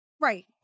Right